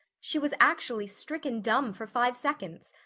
she was actually stricken dumb for five seconds.